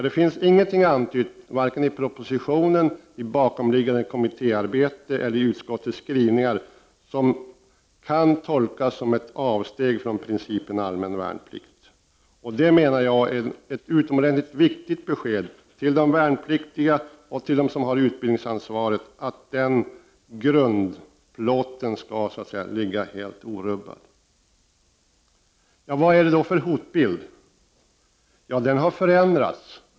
Det finns ingenting antytt, vare sig i propositionen, i bakomliggande kommittéarbete eller i utskottets skrivningar, som kan tolkas som ett avsteg från principen om allmän värnplikt. Det menar jag är ett utomordentligt viktigt besked till de värnpliktiga och till dem som har utbildningsansvaret, att den grundplåten skall ligga helt orubbad. Vad är det då för hotbild? Hotbilden har förändrats.